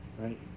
right